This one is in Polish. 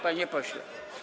Panie pośle.